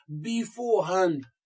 beforehand